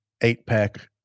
eight-pack